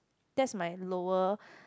that's my lower